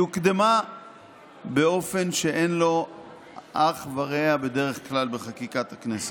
היא הוקדמה באופן שאין לו אח ורע בדרך כלל בחקיקת הכנסת.